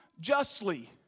justly